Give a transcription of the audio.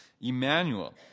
Emmanuel